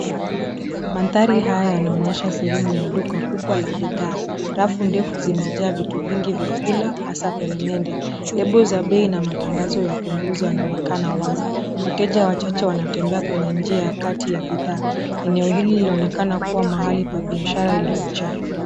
Mandhari haya yanaonyesha sehemu ya duka kubwa la bidhaa. Rafu ndefu zimejaa vitu vingi vya kula hasa peremende. Lebo za bei na matangazo ya punguzwa yanaonekana wazi. Wateja wachache wanatembea kwenye njia kati ya bidhaa. Eneo hili laonekena kuwa mahali pa biashara iliyojaa.